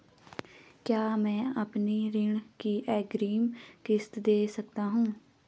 क्या मैं अपनी ऋण की अग्रिम किश्त दें सकता हूँ?